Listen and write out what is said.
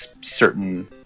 certain